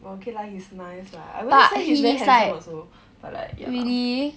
well okay lah he's nice lah lah I wouldn't say he is very handsome also but like ya